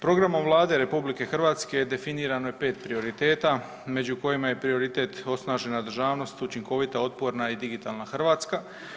Programom Vlade RH definirano je pet prioriteta među kojima je prioritet osnažena državnost, učinkovita, otporna i digitalna Hrvatska.